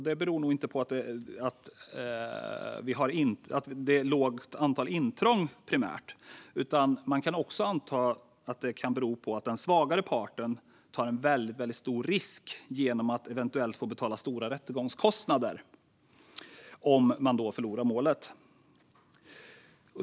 Det beror nog inte primärt på att det är ett lågt antal intrång. Man kan anta att det kan bero på att den svagare parten tar en väldigt stor risk genom att den eventuellt får betala stora rättegångskostnader om den förlorar målet.